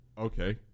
Okay